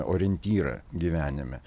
orientyrą gyvenime